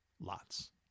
Lots